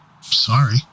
Sorry